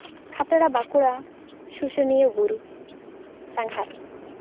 ᱠᱷᱟᱛᱲᱟ ᱵᱟᱸᱠᱩᱲᱟ ᱥᱩᱥᱩᱱᱤᱭᱟᱹ ᱵᱩᱨᱩ ᱥᱟᱸᱜᱷᱟᱨ